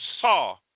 saw